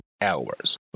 hours